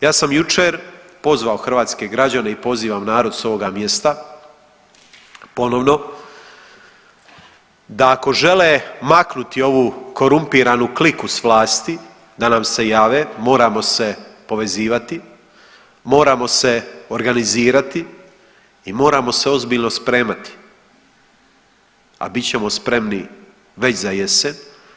Ja sam jučer pozvao hrvatske građane i pozivam narod s ovoga mjesta ponovno da ako žele maknuti ovu korumpiranu kliku s vlasti da nam se jave, moramo se povezivati, moramo se organizirati i moramo se ozbiljno spremati, a bit ćemo spremni već za jesen.